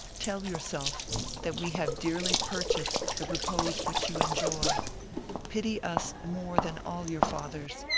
tell yourself that we have dearly purchased the repose which you enjoy pity us more than all your fathers,